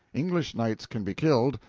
english knights can be killed,